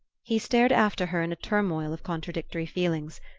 he stared after her in a turmoil of contradictory feelings.